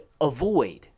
avoid